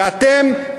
ואתם,